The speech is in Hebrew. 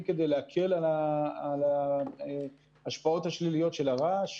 כדי להקל על ההשפעות השליליות של הרעש,